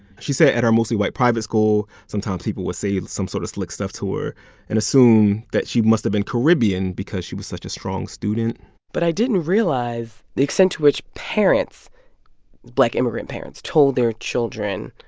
she said at her mostly white private school, sometimes people would say some sort of slick stuff to her and assume that she must have been caribbean because she was such a strong student but i didn't realize the extent to which parents black immigrant parents told their children